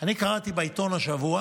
אני קראתי בעיתון השבוע